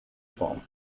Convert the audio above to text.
form